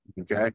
okay